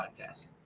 podcast